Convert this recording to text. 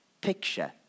picture